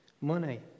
money